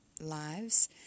lives